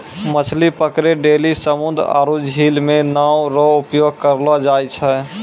मछली पकड़ै लेली समुन्द्र आरु झील मे नांव रो उपयोग करलो जाय छै